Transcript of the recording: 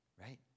Right